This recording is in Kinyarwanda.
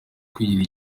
kwigirira